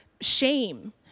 shame